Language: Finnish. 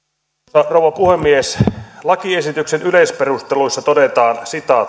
arvoisa rouva puhemies lakiesityksen yleisperusteluissa todetaan